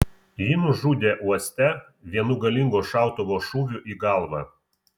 jį nužudė uoste vienu galingo šautuvo šūviu į galvą